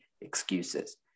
excuses